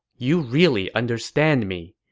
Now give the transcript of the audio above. you really understand me.